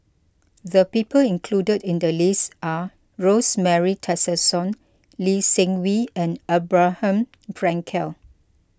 the people included in the list are Rosemary Tessensohn Lee Seng Wee and Abraham Frankel